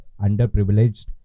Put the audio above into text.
underprivileged